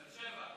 באר שבע.